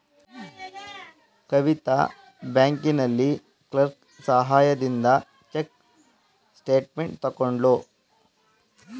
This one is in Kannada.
ಕವಿತಾ ಬ್ಯಾಂಕಿನಲ್ಲಿ ಕ್ಲರ್ಕ್ ಸಹಾಯದಿಂದ ಚೆಕ್ ಸ್ಟೇಟ್ಮೆಂಟ್ ತಕ್ಕೊದ್ಳು